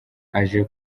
aje